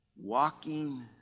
walking